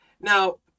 now